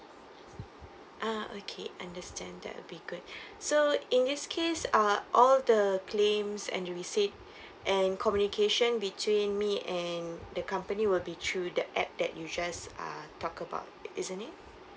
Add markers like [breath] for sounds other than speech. ah okay understand that would be good [breath] so in this case uh all the claims and receipt [breath] and communication between me and the company will be through the app that you just ah talk about isn't it